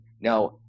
Now